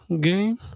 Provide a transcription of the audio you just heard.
game